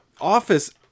office